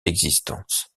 l’existence